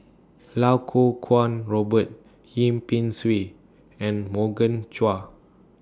Lau Kuo Kwong Robert Yip Pin Xiu and Morgan Chua